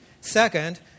Second